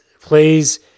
please